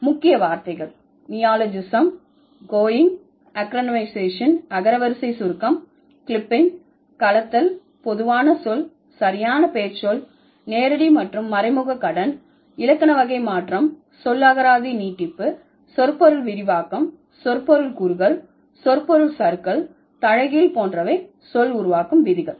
முக்கிய வார்த்தைகள் neologism coining acronymization அகரவரிசை சுருக்கம் கிளிப்பிங் கலத்தல் பொதுவான சொல் சரியான பெயர்ச்சொல் நேரடி மற்றும் மறைமுக கடன் இலக்கண வகை மாற்றம் சொல்லகராதி நீட்டிப்பு சொற்பொருள் விரிவாக்கம் சொற்பொருள் குறுகல் சொற்பொருள் சறுக்கல் தலைகீழ் போன்றவை சொல் உருவாக்கும் விதிகள்